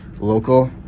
local